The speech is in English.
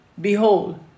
Behold